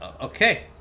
Okay